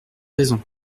raison